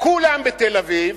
כולם בתל-אביב,